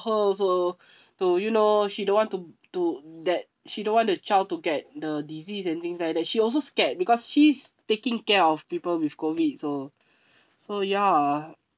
her also to you know she don't want to to that she don't want the child to get the disease and things like that she also scared because she's taking care of people with COVID so so ya